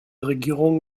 regierungen